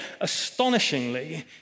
astonishingly